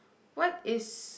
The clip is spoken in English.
what is